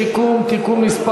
הצעת חוק הנכים (תגמולים ושיקום) (תיקון מס'